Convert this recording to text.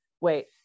wait